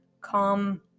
calm